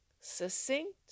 succinct